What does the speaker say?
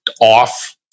off